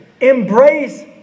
embrace